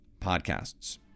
podcasts